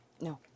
No